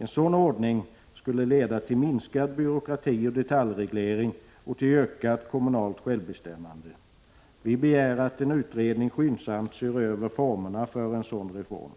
En sådan ordning skulle leda till minskad byråkrati och detaljreglering och till ökat kommunalt självbestämmande. Vi begär att en utredning skyndsamt ser över formerna för en sådan reform.